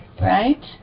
Right